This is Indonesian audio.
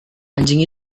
anjing